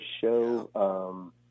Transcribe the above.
show